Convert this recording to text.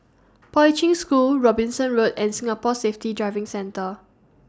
Poi Ching School Robinson Road and Singapore Safety Driving Centre